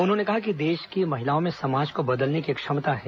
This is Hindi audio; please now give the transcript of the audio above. उन्होंने कहा देश की महिलाओं में समाज को बदलने की क्षमता है